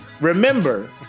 remember